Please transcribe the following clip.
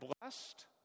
blessed